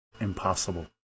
impossible